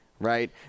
right